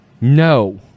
No